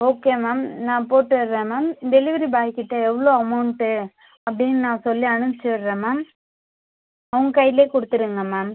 okay ma'am நான் போட்டுடுறேன் ma'am delivery பாய்க்கிட்ட எவ்வளோ அமௌண்ட்டு அப்படின்னு நான் சொல்லி அனுப்பிச்சிவிட்றேன் மேம் அவங்க கையில் குடுத்துடுங்க மேம்